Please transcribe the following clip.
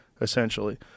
essentially